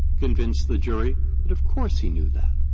convince the jury that of course he knew that.